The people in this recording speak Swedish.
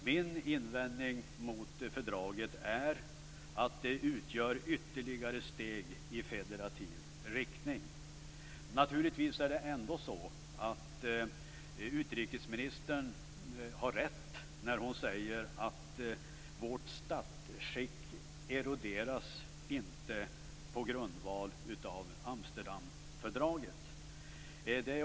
Min invändning mot fördraget är att det utgör ytterligare ett steg i federativ riktning. Naturligtvis har utrikesministern rätt när hon säger att vårt statsskick inte eroderas på grundval av Amsterdamfördraget.